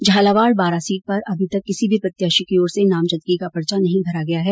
Jhalawar Baran seat पर अभी तक किसी भी प्रत्याशी की ओर से नामजदगी का पर्चा नही भरा गया है